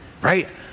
right